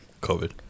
covid